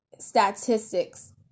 statistics